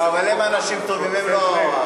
לא, אבל הם אנשים טובים, הם לא הסיפור.